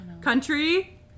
Country